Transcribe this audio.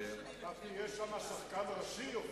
אתה תהיה שם שחקן ראשי, אופיר?